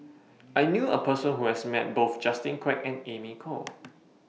I knew A Person Who has Met Both Justin Quek and Amy Khor